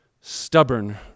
Stubborn